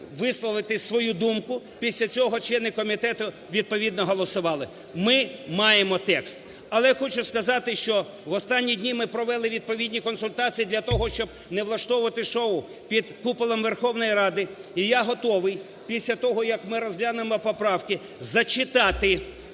висловити свою думку, після цього члени комітету відповідно голосували. Ми маємо текст. Але хочу сказати, що в останні дні ми провели відповідні консультації для того, щоб не влаштовувати шоу під куполом Верховної Ради, і я готовий після того, як ми розглянемо поправки, зачитати